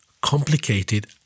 complicated